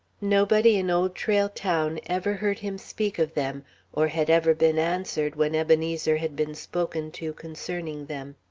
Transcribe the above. nobody in old trail town ever heard him speak of them or had ever been answered when ebenezer had been spoken to concerning them.